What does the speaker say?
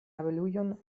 abelujon